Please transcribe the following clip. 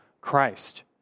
Christ